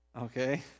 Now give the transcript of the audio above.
Okay